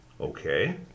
Okay